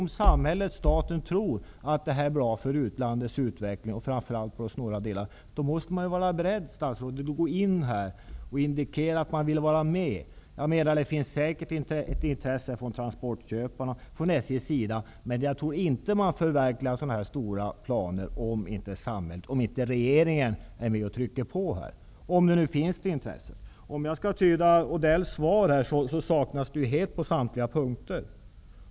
Om samhället/staten tror att det är bra för landets utveckling och framför allt landets norra delar, måste staten vara beredd, herr statsråd, att gå in och indikera att man vill vara med. Det finns säkert ett intresse från transportköparnas och från SJ:s sida. Men jag tror inte att man kan förverkliga sådana här planer om inte regeringen trycker på, om nu intresset finns. Om jag tyder Odells svar rätt så saknas intresse på samtliga punkter.